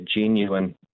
genuine